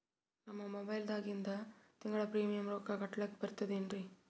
ನಮ್ಮ ಮೊಬೈಲದಾಗಿಂದ ತಿಂಗಳ ಪ್ರೀಮಿಯಂ ರೊಕ್ಕ ಕಟ್ಲಕ್ಕ ಬರ್ತದೇನ್ರಿ?